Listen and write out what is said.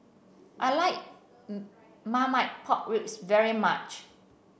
I like Marmite Pork Ribs very much